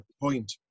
point